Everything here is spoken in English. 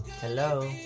Hello